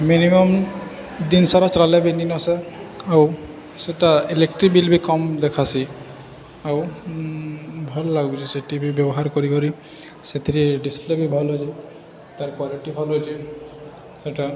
minimum ଜିନିଷ୍ର ଚଲ ବିିନିନସ ଆଉ ସେଇଟା ଇଲେକ୍ଟ୍ରି ବିଲ୍ ବି କମ୍ ଦେଖାସି ଆଉ ଭଲ ଲାଗୁଛି ସେ ଟିଭି ବ୍ୟବହାର କରିିକରି ସେଥିରେ ଡିସପ୍ଲେ ବି ଭଲଅଛି ତାର୍ କ୍ଵାଲିଟି ଭଲଅଛି ସେଇଟା